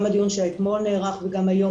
גם הדיון שנערך אתמול וגם היום,